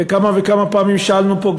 וכמה וכמה פעמים שאלנו פה,